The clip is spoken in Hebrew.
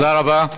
תודה רבה.